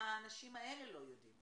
והאנשים האלה לא יודעים?